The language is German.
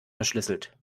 verschlüsselt